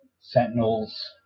Sentinels